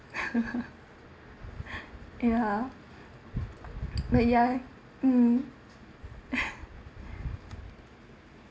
ya like ya mm